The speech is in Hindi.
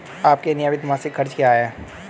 आपके नियमित मासिक खर्च क्या हैं?